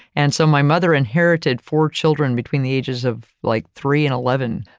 and so, my mother inherited four children between the ages of like three and eleven.